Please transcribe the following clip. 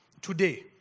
today